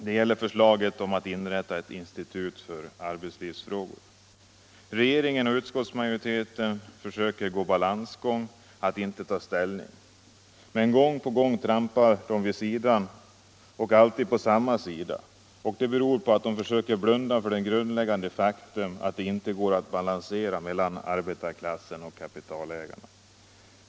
Det gäller förslaget om att inrätta ett institut för arbetslivsfrågor. Regeringen och utskottsmajoriteten försöker gå balansgång och inte ta ställning. Men gång på gång trampar de vid sidan, och alltid på samma sida, och det beror på att de försöker blunda för det grundläggande faktum att det inte går att balansera mellan arbetarklassen och kapitalägarna.